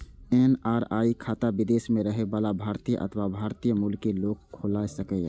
NRI खाता विदेश मे रहै बला भारतीय अथवा भारतीय मूल के लोग खोला सकैए